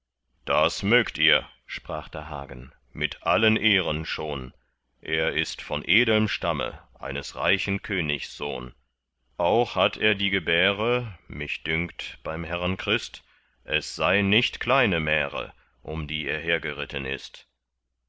das mögt ihr sprach da hagen mit allen ehren schon er ist von edelm stamme eines reichen königs sohn auch hat er die gebäre mich dünkt beim herren christ es sei nicht kleine märe um die er hergeritten ist